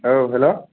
औ हेलौ